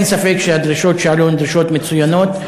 אין ספק שהדרישות שעלו הן דרישות מצוינות.